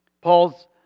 Paul's